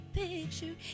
picture